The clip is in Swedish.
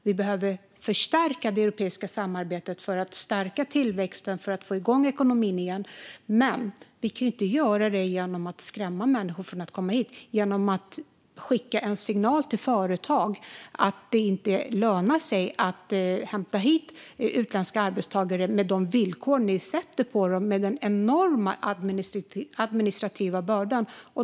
Vi behöver förstärka det europeiska samarbetet för att stärka tillväxten och få igång ekonomin igen. Men vi kan inte göra det genom att skrämma människor från att komma hit och genom att skicka en signal till företag om att det inte lönar sig att hämta hit utländska arbetstagare med de villkor ni ger dem och med den enorma administrativa bördan.